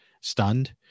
stunned